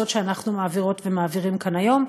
זאת שאנחנו מעבירות ומעבירים כאן היום.